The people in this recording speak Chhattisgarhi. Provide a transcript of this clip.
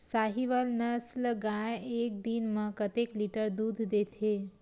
साहीवल नस्ल गाय एक दिन म कतेक लीटर दूध देथे?